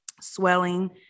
swelling